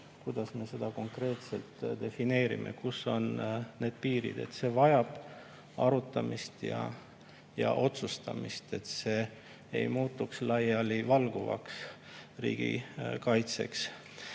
Kuidas me seda konkreetselt defineerime, kus on need piirid? See vajab arutamist ja otsustamist, et see ei muutuks laialivalguvaks riigikaitseks.